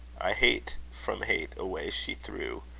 i hate from hate away she threw,